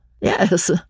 yes